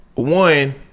one